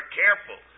careful